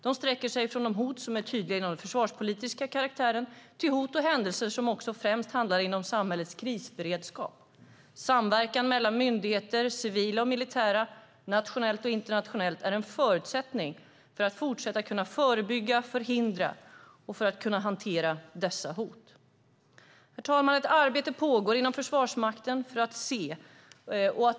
Det sträcker sig från hot som är tydliga med en försvarspolitisk karaktär till hot och händelser som främst handlar om samhällets krisberedskap. Samverkan mellan myndigheter, civila och militära och nationellt och internationellt, är en förutsättning för att man ska kunna fortsätta att förebygga, förhindra och hantera dessa hot. Herr talman! Ett arbete pågår inom Försvarsmakten.